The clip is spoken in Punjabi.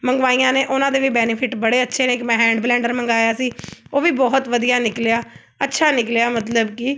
ਮੰਗਵਾਈਆਂ ਨੇ ਉਹਨਾਂ ਦੇ ਵੀ ਬੈਨੀਫਿਟ ਬੜੇ ਅੱਛੇ ਨੇ ਇੱਕ ਮੈਂ ਹੈਂਡ ਬਲੈਂਡਰ ਮੰਗਵਾਇਆ ਸੀ ਉਹ ਵੀ ਬਹੁਤ ਵਧੀਆ ਨਿਕਲਿਆ ਅੱਛਾ ਨਿਕਲਿਆ ਮਤਲਬ ਕਿ